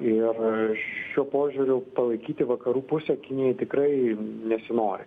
ir šiuo požiūriu palaikyti vakarų pusę kinijai tikrai nesinori